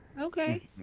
okay